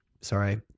sorry